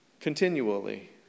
Continually